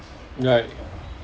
right